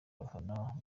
abafana